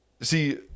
see